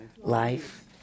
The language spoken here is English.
Life